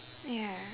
ya